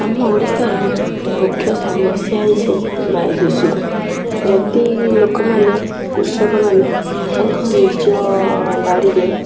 ଆମ ଓଡ଼ିଶାର ମୁଖ୍ୟ ସମସ୍ୟା ହେଉଛି ବାୟୁ ଦୂଷିତ ଯଦି ଲୋକମାନେ କୃଷକମାନେ ତାଙ୍କ ନିଜ ବାଡ଼ିରେ